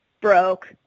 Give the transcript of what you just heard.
broke